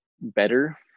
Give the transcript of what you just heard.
better